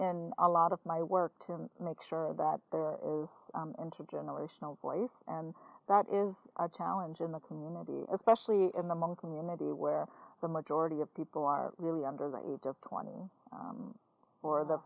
in a lot of my work to make sure that there is intergenerational voice and that is our challenge in the community especially in the middle community where the majority of people are really under the age of twenty or the